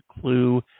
clue